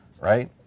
right